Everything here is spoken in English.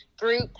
group